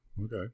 Okay